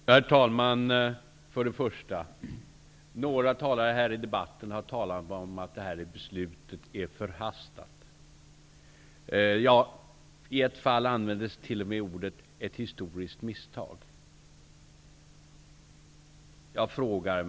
Herr talman! För det första har några talare här i debatten talat om att det här beslutet är förhastat. I ett fall användes t.o.m. ordet ett historiskt misstag.